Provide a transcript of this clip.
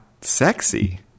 sexy